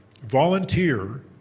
volunteer